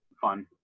fun